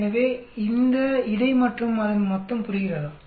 எனவே இந்த இடை மற்றும் இதன் மொத்தம் புரிகிறதா